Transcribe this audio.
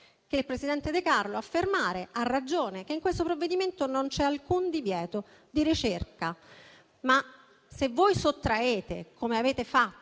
che il presidente De Carlo affermare, a ragione, che in questo provvedimento non c'è alcun divieto di ricerca, ma se voi impedite - come fate con